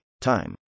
time